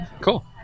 Cool